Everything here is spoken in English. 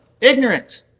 ignorant